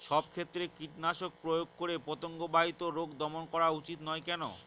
সব ক্ষেত্রে কীটনাশক প্রয়োগ করে পতঙ্গ বাহিত রোগ দমন করা উচিৎ নয় কেন?